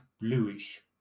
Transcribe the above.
bluish